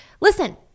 listen